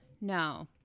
No